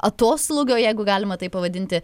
atoslūgio jeigu galima taip pavadinti